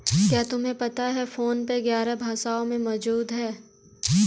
क्या तुम्हें पता है फोन पे ग्यारह भाषाओं में मौजूद है?